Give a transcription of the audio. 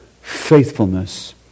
faithfulness